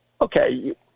okay